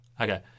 Okay